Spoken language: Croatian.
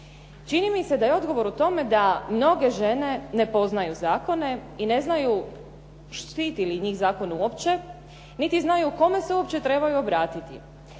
Čini mi se da je odgovor u tome da mnoge žene ne poznaju zakone i ne znaju štiti li njih zakon uopće, niti znaju kome se uopće trebaju obratiti.